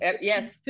yes